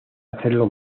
hacerlo